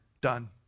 done